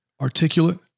articulate